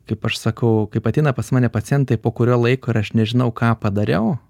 kaip aš sakau kaip ateina pas mane pacientai po kurio laiko ir aš nežinau ką padariau